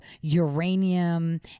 uranium